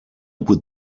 would